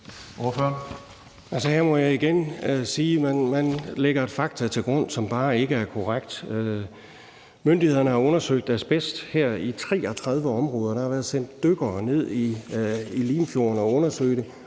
Her må jeg igen sige, at man lægger fakta til grund, som bare ikke er korrekt. Myndighederne har undersøgt 33 områder for asbest, og der har været sendt dykkere ned i Limfjorden for at undersøge det.